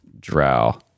Drow